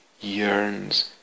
yearns